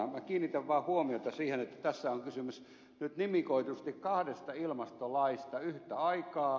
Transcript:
minä kiinnitän vaan huomiota siihen että tässä on kysymys nyt nimikoidusti kahdesta ilmastolaista yhtä aikaa